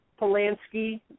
Polanski